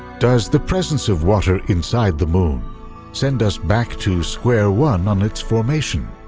does the presence of water inside the moon send us back to square one on its formation?